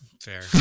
fair